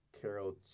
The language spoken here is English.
Carol